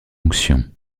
onction